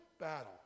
battle